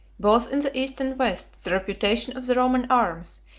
both in the east and west, the reputation of the roman arms,